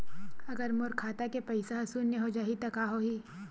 अगर मोर खाता के पईसा ह शून्य हो जाही त का होही?